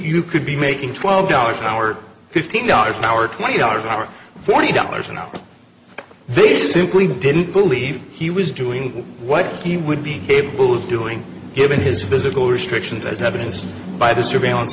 you could be making twelve dollars an hour fifteen dollars an hour twenty dollars an hour forty dollars an hour they simply didn't believe he was doing what he would be capable of doing given his physical restrictions as evidenced by the surveillance